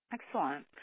Excellent